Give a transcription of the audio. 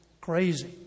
crazy